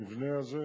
במבנה הזה.